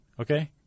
okay